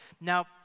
Now